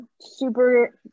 super